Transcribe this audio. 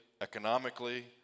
economically